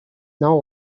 now